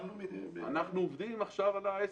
אנחנו עובדים עכשיו על העסק.